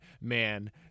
Man